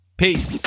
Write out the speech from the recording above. peace